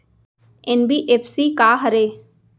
NBFC का हरे?